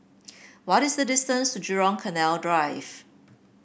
what is the distance to Jurong Canal Drive